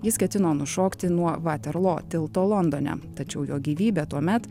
jis ketino nušokti nuo vaterlo tilto londone tačiau jo gyvybę tuomet